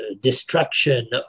destruction